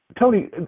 Tony